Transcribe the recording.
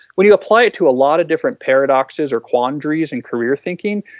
when you apply it to a lot of different paradoxes or quandaries in career thinking,